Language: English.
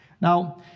Now